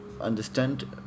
understand